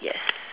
yes